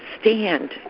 stand